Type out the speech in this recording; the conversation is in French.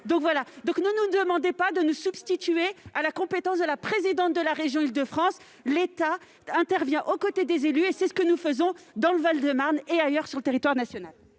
! Ne nous demandez pas de nous substituer à la compétence de la présidente de la région Île-de-France. L'État intervient aux côtés des élus. C'est ce que nous faisons dans le Val-de-Marne et sur le territoire national.